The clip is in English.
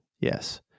Yes